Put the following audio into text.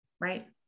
Right